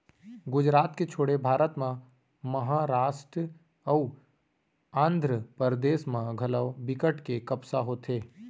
गुजरात के छोड़े भारत म महारास्ट अउ आंध्रपरदेस म घलौ बिकट के कपसा होथे